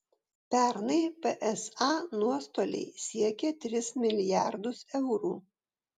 pernai psa nuostoliai siekė tris milijardus eurų